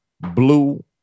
Blue